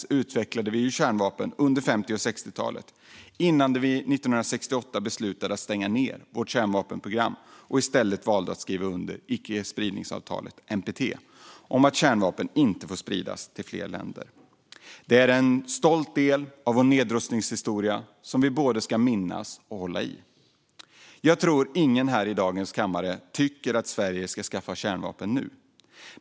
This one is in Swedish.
Vi utvecklade också kärnvapen under 50 och 60-talen, innan vi 1968 beslutade att stänga ned vårt kärnvapenprogram och i stället valde att skriva under icke-spridningsavtalet, NPT, om att kärnvapen inte får spridas till fler länder. Det är en stolt del av vår nedrustningshistoria som vi ska både minnas och hålla i. Jag tror inte att någon här i dagens kammare tycker att Sverige ska skaffa kärnvapen nu.